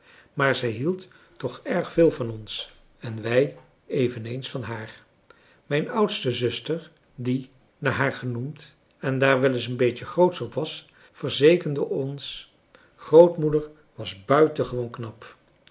maar zij hield toch erg veel van ons en wij eveneens van haar mijn oudste zuster die naar haar genoemd en daar wel een beetje grootsch op was verzekerde ons grootmoeder was buitengewoon knap